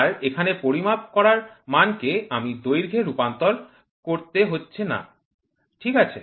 আর এখানে পরিমাপ করার মানকে আমাকে দৈর্ঘ্যে রূপান্তর করতে হচ্ছে না ঠিক আছে